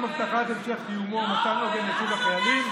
הבטחת המשך קיומו ומתן עוגן יציב לחיילים,